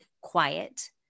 quiet